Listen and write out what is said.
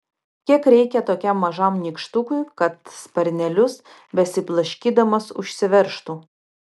kiek reikia tokiam mažam nykštukui kad sparnelius besiblaškydamas užsiveržtų